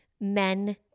men